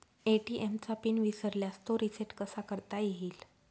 ATM चा PIN विसरल्यास तो रिसेट कसा करता येईल?